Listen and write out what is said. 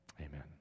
Amen